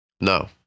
No